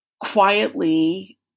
quietly